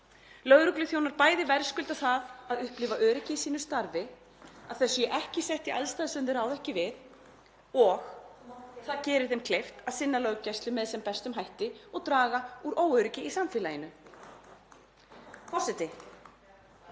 Lögregluþjónar verðskulda það að upplifa öryggi í sínu starfi, að þeir séu ekki settir í aðstæður sem þeir ráða ekki við. Það gerir þeim kleift að sinna löggæslu með sem bestum hætti og draga úr óöryggi í samfélaginu. Forseti.